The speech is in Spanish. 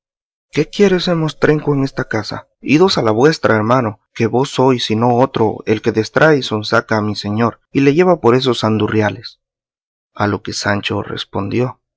qué quiere este mostrenco en esta casa idos a la vuestra hermano que vos sois y no otro el que destrae y sonsaca a mi señor y le lleva por esos andurriales a lo que sancho respondió